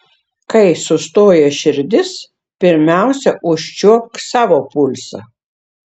kai sustoja širdis pirmiausia užčiuopk savo pulsą